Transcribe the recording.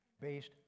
based